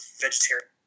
vegetarian